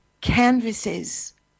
canvases